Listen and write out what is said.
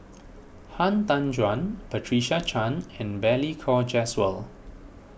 Han Tan Juan Patricia Chan and Balli Kaur Jaswal